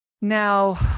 Now